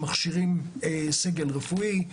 שמכשירים סגל רפואי,